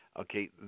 okay